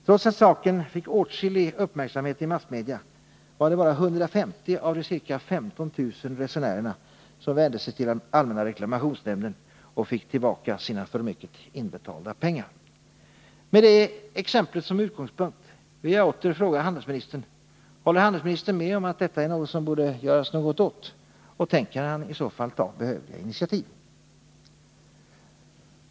Trots att saken fick åtskillig uppmärksamhet i massmedia var det bara 150 av de ca 15 000 resenärerna som vände sig till allmänna reklamationsnämnden och fick tillbaka de pengar de betalat för mycket. Med det exemplet som utgångspunkt vill jag åter fråga handelsministern: Håller handelsministern med om att detta är något som det borde göras någonting åt, och tänker han i så fall ta behövliga initiativ?